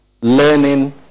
Learning